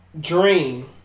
Dream